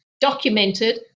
documented